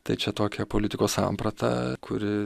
tai čia tokia politikos samprata kuri